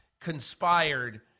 conspired